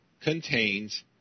contains